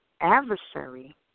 adversary